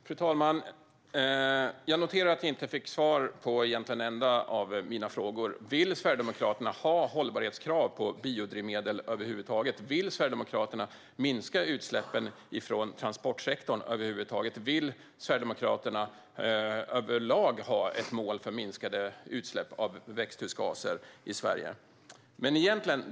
Fru talman! Jag noterar att jag egentligen inte fick svar på en enda av mina frågor. Vill Sverigedemokraterna ha hållbarhetskrav på biodrivmedel över huvud taget? Vill Sverigedemokraterna över huvud taget minska utsläppen från transportsektorn? Vill Sverigedemokraterna överlag ha ett mål för minskade utsläpp av växthusgaser i Sverige?